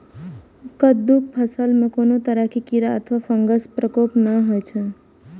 कट्टू के फसल मे कोनो तरह कीड़ा अथवा फंगसक प्रकोप नहि होइ छै